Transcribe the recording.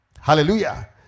Hallelujah